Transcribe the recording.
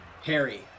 Harry